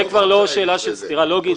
זו כבר לא שאלה של סתירה לוגית,